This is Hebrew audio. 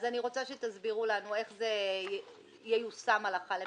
אני רוצה שתסבירו לנו איך זה ייושם הלכה למעשה.